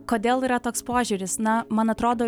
kodėl yra toks požiūris na man atrodo